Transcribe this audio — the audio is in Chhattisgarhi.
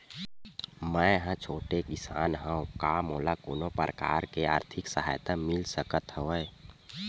मै ह छोटे किसान हंव का मोला कोनो प्रकार के आर्थिक सहायता मिल सकत हवय?